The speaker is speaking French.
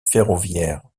ferroviaire